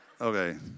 okay